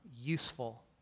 useful